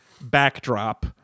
backdrop